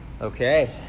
Okay